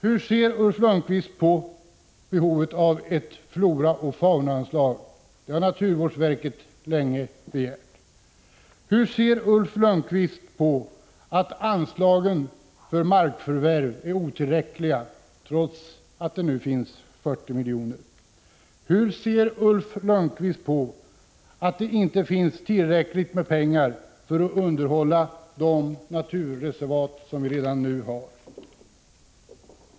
Hur ser Ulf Lönnqvist på behovet av ett floraoch faunanslag? Det har naturvårdsverket länge begärt. Hur ser Ulf Lönnqvist på att anslagen för markförvärv är otillräckliga trots att det nu finns 40 miljoner? Hur ser Ulf Lönnqvist på att det inte finns tillräckligt med pengar för att underhålla de naturreservat som vi redan nu har?